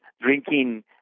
drinking